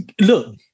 Look